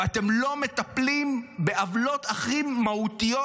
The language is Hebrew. ואתם לא מטפלים בעוולות הכי מהותיות,